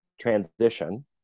transition